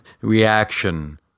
reaction